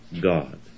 God